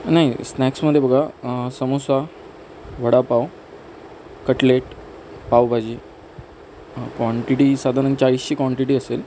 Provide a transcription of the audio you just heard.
नाही स्नॅक्समध्ये बघा समोसा वडापाव कटलेट पावभाजी क्वांटिटी साधारण चाळीसची क्वांटिटी असेल